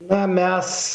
na mes